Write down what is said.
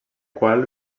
qual